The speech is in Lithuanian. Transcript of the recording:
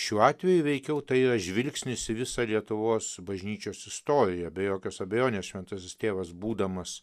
šiuo atveju veikiau tai yra žvilgsnis į visą lietuvos bažnyčios istoriją be jokios abejonės šventasis tėvas būdamas